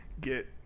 get